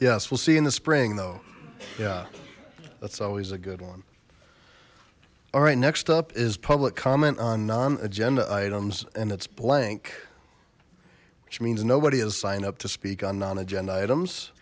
yes we'll see in the spring though yeah that's always a good one all right next up is public comment on non agenda items and it's blank which means nobody is sign up to speak on non agenda items